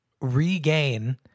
regain